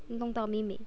能弄到美美